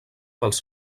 pels